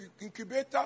incubator